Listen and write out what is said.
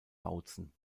bautzen